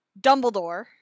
Dumbledore